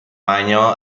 año